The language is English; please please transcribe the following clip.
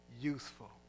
Useful